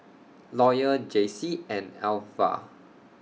Lawyer Jaycie and Alvah